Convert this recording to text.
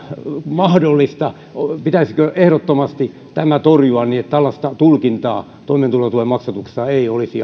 mahdollista pitäisikö tämä ehdottomasti torjua niin että tällaista tulkintaa toimeentulotuen maksatuksessa ei olisi